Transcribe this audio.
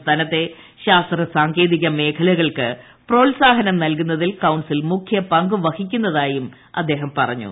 സംസ്ഥാനത്തെ ശാസ്ത്ര സാങ്കേതിക മേഖലകൾക്ക് പ്രോത്സാ ഹനം നൽകുന്നതിൽ കൌൺസിൽ മുഖ്യ പങ്കു വഹിക്കു ന്നതായും അദ്ദേഹം പറഞ്ഞു